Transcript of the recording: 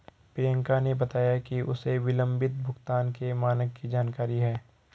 प्रियंका ने बताया कि उसे विलंबित भुगतान के मानक की जानकारी है